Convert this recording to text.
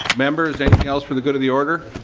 members anything else for the good of the order?